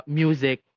music